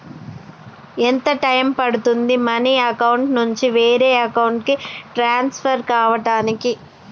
ఎంత టైం పడుతుంది money account నుంచి వేరే అకౌంట్ కి ట్రాన్స్ఫర్ కావటానికి?